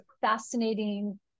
fascinating